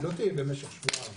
היא לא תהיה במשך שבועיים,